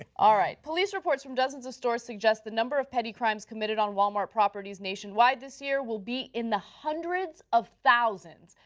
ah police report from dozens of stores suggest the number of petty crimes committed on walmart properties nationwide this year will be in the hundreds of thousands.